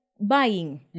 buying